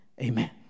Amen